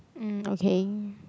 um okay